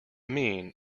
mean